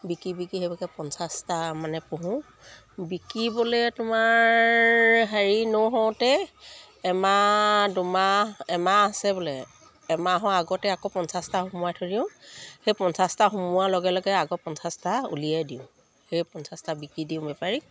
বিকি বিকি সেইভাগে পঞ্চাছটা মানে পোহোঁ বিকিবলে তোমাৰ হেৰি নৌহওঁতেই এমাহ দুমাহ এমাহ আছে বোলে এমাহৰ আগতে আকৌ পঞ্চাছটা সোমোৱাই থৈ দিও সেই পঞ্চাছটা সোমোৱাৰ লগে লগে আকৌ পঞ্চাছটা উলিয়াই দিওঁ সেই পঞ্চাছটা বিকি দিওঁ বেপাৰীক